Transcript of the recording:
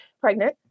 pregnant